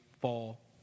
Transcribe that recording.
fall